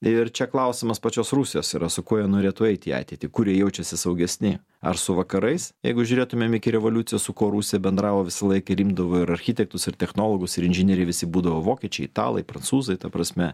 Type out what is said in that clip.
ir čia klausimas pačios rusijos yra su kuo jie norėtų eiti į ateitį kur jie jaučiasi saugesni ar su vakarais jeigu žiūrėtumėm iki revoliucijos su kuo rusija bendravo visąlaik ir imdavo ir architektus ir technologus ir inžinieriai visi būdavo vokiečiai italai prancūzai ta prasme